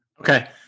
Okay